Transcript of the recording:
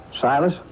Silas